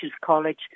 college